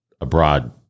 abroad